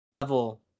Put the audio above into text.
level